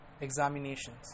examinations